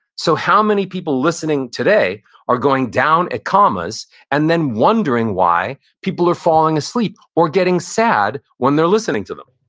so how many people listening today are going down at commas and then wondering why people are falling asleep or getting sad when they're listening to them?